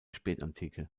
spätantike